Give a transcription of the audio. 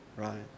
right